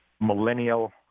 millennial